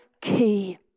key